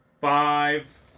five